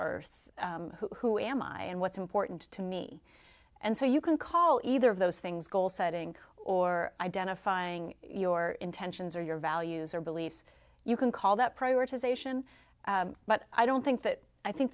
earth who am i and what's important to me and so you can call either of those things goal setting or identifying your intentions or your values or beliefs you can call that prioritization but i don't think that i think